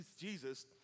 Jesus